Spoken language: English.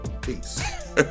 Peace